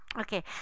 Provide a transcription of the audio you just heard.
Okay